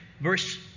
verse